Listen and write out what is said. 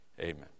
Amen